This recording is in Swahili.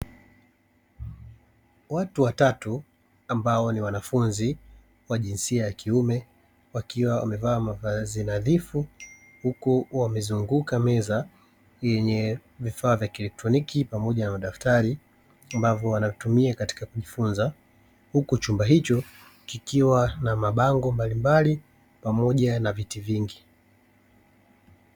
Watu watatu ambao ni wanafunzi wa jinsia ya kiume wakiwa wamevaa mavazi nadhifu, huku wamezunguka meza yenye vifaa vya kielektroniki pamoja na madaftari ambayo wanatumia katika kujifunza; huku chumba hicho kikiwa na mabango mbalimbali pamoja na viti vingi.